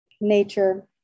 nature